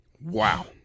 Wow